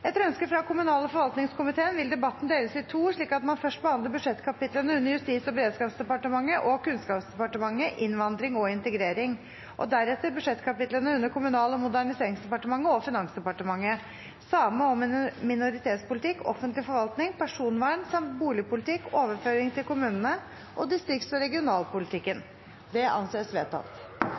Etter ønske fra kommunal- og forvaltningskomiteen vil debatten deles i to, slik at man først behandler budsjettkapitlene under Justis- og beredskapsdepartementet og Kunnskapsdepartementet: innvandring og integrering, og deretter budsjettkapitlene under Kommunal- og moderniseringsdepartementet og Finansdepartementet: same- og minoritetspolitikk, offentlig forvaltning, personvern, samt boligpolitikk, overføring til kommunene og distrikts- og regionalpolitikken. – Det anses vedtatt.